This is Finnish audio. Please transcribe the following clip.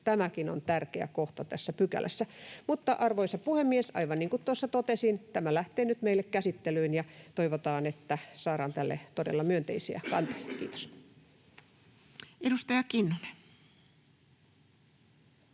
Tämäkin on tärkeä kohta tässä pykälässä. Mutta, arvoisa puhemies, aivan niin kuin tuossa totesin, tämä lähtee nyt meille käsittelyyn ja toivotaan, että saadaan tälle todella myönteisiä kantoja. —Kiitos. [Speech